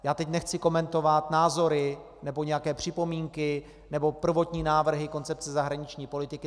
Já teď nechci komentovat názory nebo nějaké připomínky nebo prvotní návrhy koncepce zahraniční politiky.